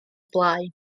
blaen